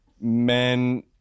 Men